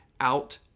out